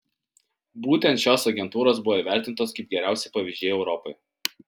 būtent šios agentūros buvo įvertintos kaip geriausi pavyzdžiai europoje